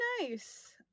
nice